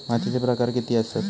मातीचे प्रकार किती आसत?